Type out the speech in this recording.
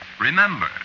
Remember